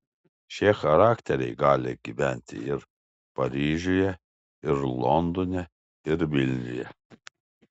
šie charakteriai gali gyventi ir paryžiuje ir londone ir vilniuje